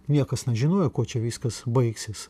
niekas nežinojo ko čia viskas baigsis